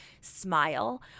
smile